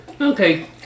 Okay